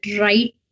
right